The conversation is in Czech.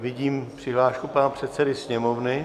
Vidím přihlášku pana předsedy Sněmovny.